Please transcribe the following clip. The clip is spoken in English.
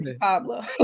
Pablo